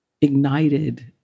ignited